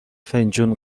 فنجون